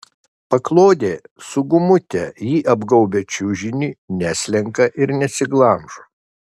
paklodė su gumute ji apgaubia čiužinį neslenka ir nesiglamžo